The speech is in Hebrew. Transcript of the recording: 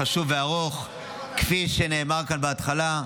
וארוך, כפי שנאמר כאן בהתחלה,